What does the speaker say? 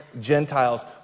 Gentiles